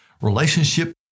relationship